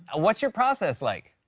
what's your process like?